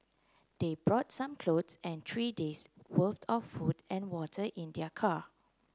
they brought some clothes and three days' worth of food and water in their car